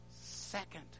second